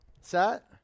Set